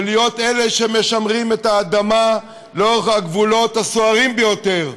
ולהיות אלה שמשמרים את האדמה לאורך הגבולות הסוערים ביותר,